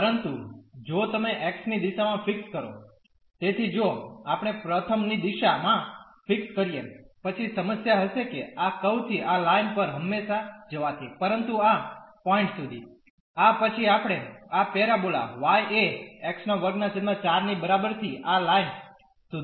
પરંતુ જો તમે x ની દેશા માં ફિક્સ કરો તેથી જો આપણે પ્રથમ ની દિશા માં ફિક્સ કરીએ પછી સમસ્યા હશે કે આ કર્વ થી આ લાઇન પર હમેશા જવાથી પરંતુ આ પોઇન્ટ સુધી આ પછી આપણે આ પેરાબોલા y એ x24 ની બરાબર થી આ લાઇન સુધી